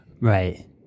Right